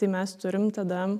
tai mes turim tada